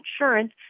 insurance